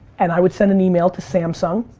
and i would send an email to samsung,